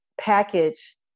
package